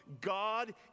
God